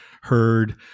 heard